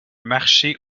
marché